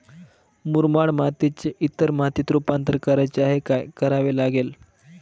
मुरमाड मातीचे इतर मातीत रुपांतर करायचे आहे, काय करावे लागेल?